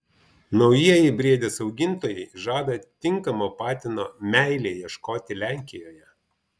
naujieji briedės augintojai žada tinkamo patino meilei ieškoti lenkijoje